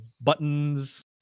buttons